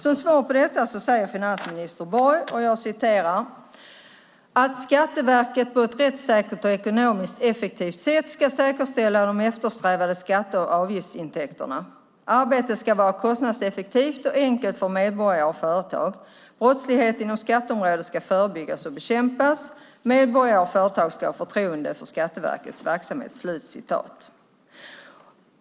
Som svar på detta säger finansminister Borg i svaret att "Skatteverket på ett rättssäkert och ekonomiskt effektivt sätt ska säkerställa de eftersträvade skatte och avgiftsintäkterna. Arbetet ska vara kostnadseffektivt och enkelt för medborgare och företag. Brottslighet inom skatteområdet ska förebyggas och bekämpas. Medborgare och företag ska ha förtroende för Skatteverkets verksamhet."